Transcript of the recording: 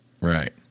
Right